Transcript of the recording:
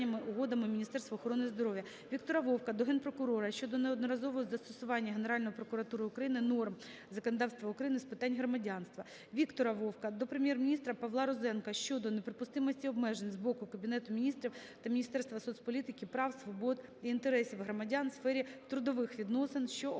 Віктора Вовка до Генпрокурора щодо неоднакового застосування Генеральною прокуратурою України норм законодавства України з питань громадянства. Віктора Вовка до Віце-прем'єр-міністра України Павла Розенка щодо неприпустимості обмежень з боку Кабінету Міністрів та Міністерства соцполітики, прав, свобод і інтересів громадян в сфері трудових відносин, що